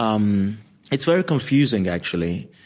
um it's very confusing, actually,